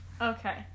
Okay